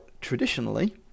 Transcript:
traditionally